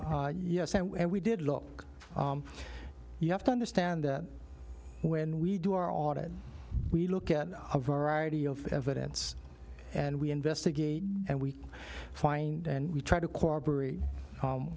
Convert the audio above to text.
and we did look you have to understand that when we do our audit we look at a variety of evidence and we investigate and we find and we try to